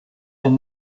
and